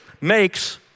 makes